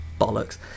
bollocks